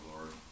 Lord